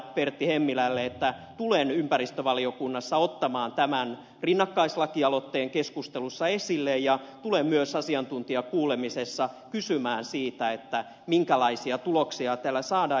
pertti hemmilälle että tulen ympäristövaliokunnassa ottamaan tämän rinnakkaislakialoitteen keskustelussa esille ja tulen myös asiantuntijakuulemisessa kysymään siitä minkälaisia tuloksia tällä saadaan